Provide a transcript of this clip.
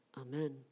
Amen